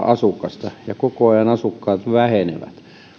asukasta ja koko ajan asukkaat vähenevät